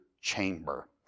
chamber